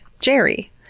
Jerry